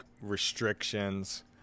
restrictions